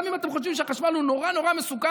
גם אם אתם חושבים שהחשמל הוא נורא נורא מסוכן.